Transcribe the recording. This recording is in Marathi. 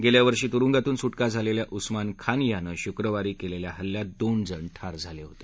गेल्या वर्षी तुरुंगातून सुटका झालेल्या उस्मान खान यानं शुक्रवारी केलेल्या हल्ल्यात दोन जण ठार झाले होते